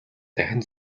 дахин